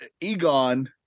Egon